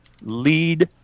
lead